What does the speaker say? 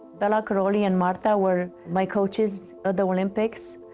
bela karolyi and marta were my coaches at the olympics.